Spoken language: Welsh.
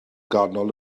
ganol